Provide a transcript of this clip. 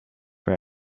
were